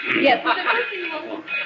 Yes